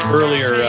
earlier